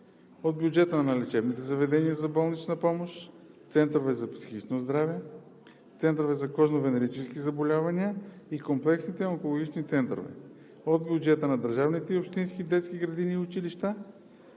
от бюджета на лечебните заведения за болнична помощ, центровете за психично здраве, центровете за кожно-венерически заболявания и комплексните онкологични центрове; от бюджета на държавните и общинските детски градини и училища,